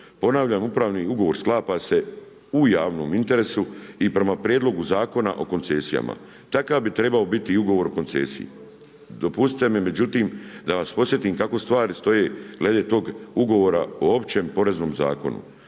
Ponavljam, upravni ugovor sklapa se u javnom interesu i prema prijedlogu Zakona o koncesijama, takav bi trebao biti i ugovor o koncesiji. Dopustite mi međutim, da vas podsjetim kako stvari stoje glede tog ugovora o Općem poreznom zakonu.